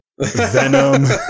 Venom